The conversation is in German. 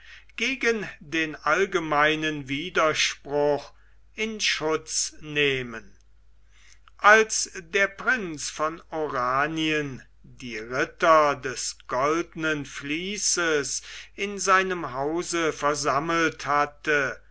gegen den allgemeinen widerspruch in schutz nehmen als der prinz von oranien die ritter des goldenen vließes in seinem hause versammelt hatte